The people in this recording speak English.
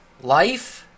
life